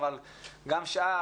גם שאר,